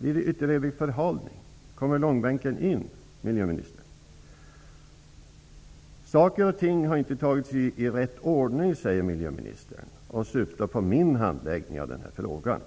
ytterligare förhalning? Kommer långbänken in, miljöministern? Saker och ting har inte tagits i rätt ordning, säger miljöministern. Han syftar på min handläggning av den här frågan.